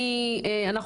דלית,